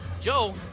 Joe